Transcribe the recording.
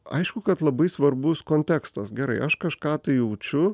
aišku kad labai svarbus kontekstas gerai aš kažką tai jaučiu